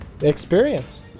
Experience